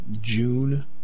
June